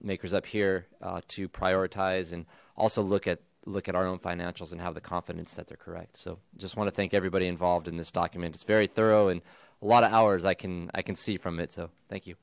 makers up here to prioritize and also look at look at our own financials and how the confidence that they're correct so just want to thank everybody involved in this document it's very thorough and a lot of hours i can i can see from it so thank you